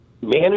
manage